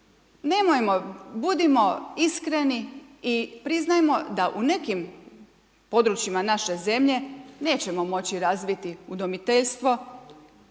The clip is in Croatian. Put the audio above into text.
nemojmo budimo iskreni i priznajmo da u nekim područjima naše zemlje nećemo moći razviti udomiteljstvo